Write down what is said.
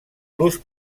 l’ús